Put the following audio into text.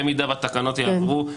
במידה שהתקנות יעברו,